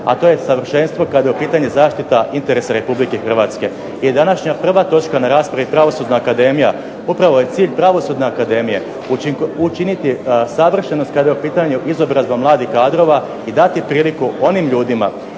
a to je savršenstvo kad je u pitanju zaštita interesa RH. I današnja prva točka na raspravi Pravosudna akademija, upravo je cilj Pravosudne akademije učiniti savršenost kada je u pitanju izobrazba mladih kadrova i dati priliku onim ljudima